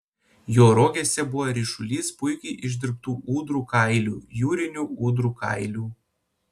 jo rogėse buvo ryšulys puikiai išdirbtų ūdrų kailių jūrinių ūdrų kailių